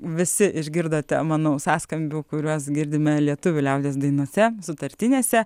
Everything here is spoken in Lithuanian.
visi išgirdote manau sąskambių kuriuos girdime lietuvių liaudies dainose sutartinėse